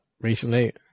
recently